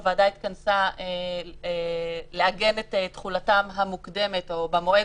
הוועדה התכנסה לאגם את תחולתם המוקדמת או במועד